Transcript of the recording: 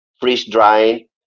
freeze-drying